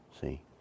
see